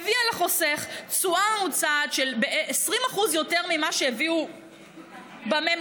והביאה לחוסך תשואה ממוצעת של 20% יותר ממה שהביאו בממוצע,